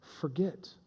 forget